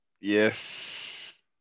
yes